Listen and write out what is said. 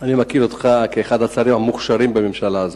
אני מכיר אותך כאחד השרים המוכשרים בממשלה הזאת.